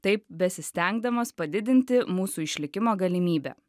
taip besistengdamos padidinti mūsų išlikimo galimybę